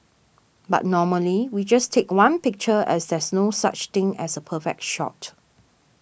but normally we just take one picture as there's no such thing as a perfect shot